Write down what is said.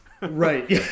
Right